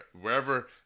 wherever